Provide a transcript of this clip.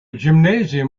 gymnasium